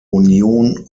union